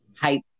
hype